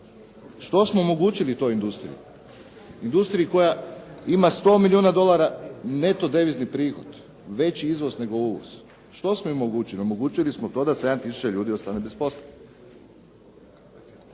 Što smo omogućili toj industriji, industriji koja ima 100 milijuna dolara neto devizni prihod? Veći izvoz nego uvoz. Što smo im omogućili? Omogućili smo to da 7 tisuća ljudi ostane bez posla.